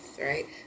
right